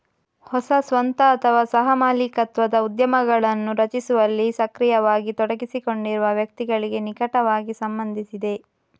ಹೊಸ ಸ್ವಂತ ಅಥವಾ ಸಹ ಮಾಲೀಕತ್ವದ ಉದ್ಯಮಗಳನ್ನು ರಚಿಸುವಲ್ಲಿ ಸಕ್ರಿಯವಾಗಿ ತೊಡಗಿಸಿಕೊಂಡಿರುವ ವ್ಯಕ್ತಿಗಳಿಗೆ ನಿಕಟವಾಗಿ ಸಂಬಂಧಿಸಿದೆ